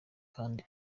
kindi